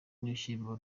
n’ibishyimbo